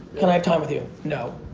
can i have time with you, no,